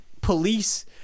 Police-